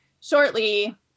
shortly